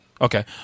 Okay